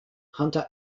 hunter